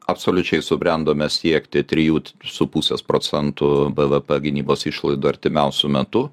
absoliučiai subrendome siekti trijų su pusės procentų bvp gynybos išlaidų artimiausiu metu